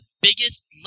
biggest